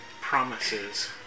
promises